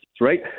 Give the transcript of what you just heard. right